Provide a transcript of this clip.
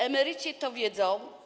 Emeryci to wiedzą.